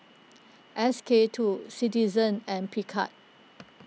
S K two Citizen and Picard